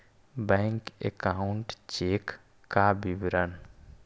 Bank account cheque का विवरण?